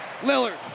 Lillard